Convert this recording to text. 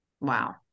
Wow